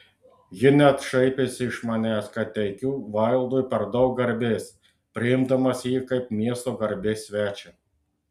ji net šaipėsi iš manęs kad teikiu vaildui per daug garbės priimdamas jį kaip miesto garbės svečią